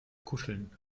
kuscheln